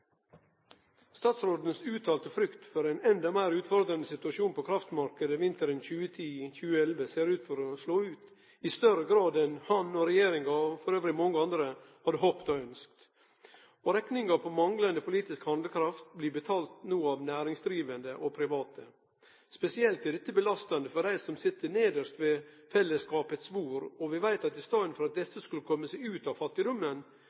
Statsrådens uttalte frykt for ein enda meir utfordrande situasjon på kraftmarknaden vinteren 2010–2011 ser ut til å slå ut i større grad enn han og regjeringa og elles mange andre har håpa på og ønskt. Rekninga for manglande politisk handlekraft blir no betalt av næringsdrivande og private. Spesielt er dette belastande for dei som sit nedst ved fellesskapet sitt bord. Vi veit at i staden for at dei kunne komme seg ut av